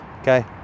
okay